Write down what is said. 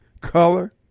color